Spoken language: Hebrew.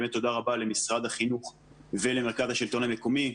באמת תודה רבה למשרד החינוך ולמרכז השלטון המקומי,